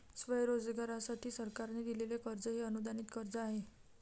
स्वयंरोजगारासाठी सरकारने दिलेले कर्ज हे अनुदानित कर्ज आहे